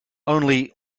only